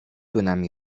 dönem